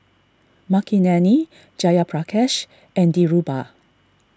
Makineni Jayaprakash and Dhirubhai